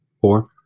Four